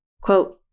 Quote